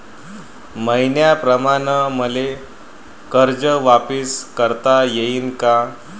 मईन्याप्रमाणं मले कर्ज वापिस करता येईन का?